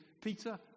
Peter